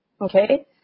Okay